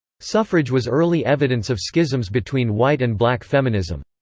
suffrage was early evidence of schisms between white and black feminism.